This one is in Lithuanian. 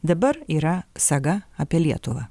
dabar yra saga apie lietuvą